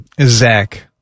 Zach